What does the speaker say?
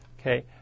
okay